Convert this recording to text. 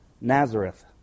Nazareth